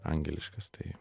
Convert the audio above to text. angeliškas tai